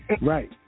Right